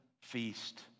feast